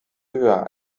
höher